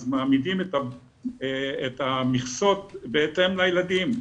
אז מעמידים את המכסות בהתאם לילדים.